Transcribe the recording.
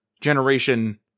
generation